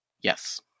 Yes